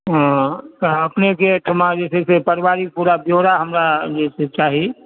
तऽ अपने के ओहिठामा जे छै से पारिवारिक पूरा ब्यौरा हमरा जे छै चाही